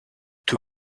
two